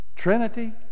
Trinity